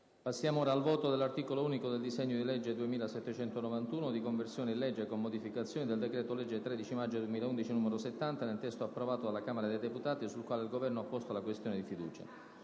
Passiamo al voto sull'articolo unico del disegno di legge n. 2791, di conversione in legge, con modificazioni, del decreto-legge 13 maggio 2011, n. 70, nel testo identico a quello approvato dalla Camera dei deputati, sul quale il Governo ha posto la questione di fiducia.